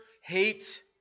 hate